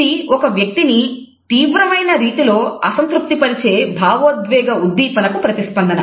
ఇది ఒక వ్యక్తిని తీవ్రమైన రీతిలో అసంతృప్తిపరిచే భావోద్వేగ ఉద్దీపనకు ప్రతిస్పందన